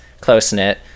close-knit